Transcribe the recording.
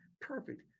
perfect